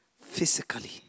physically